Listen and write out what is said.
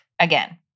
Again